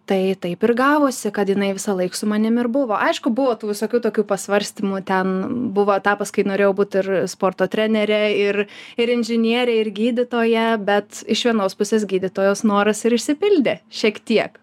tai taip ir gavosi kad jinai visąlaik su manim ir buvo aišku buvo tų visokių tokių pasvarstymų ten buvo etapas kai norėjau būti ir sporto trenerė ir ir inžinierė ir gydytoja bet iš vienos pusės gydytojos noras ir išsipildė šiek tiek